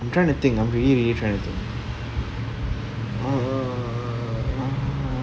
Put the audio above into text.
I'm trying to think I'm really really trying to think err